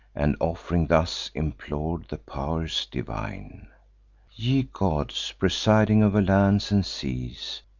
and, off'ring, thus implor'd the pow'rs divine ye gods, presiding over lands and seas,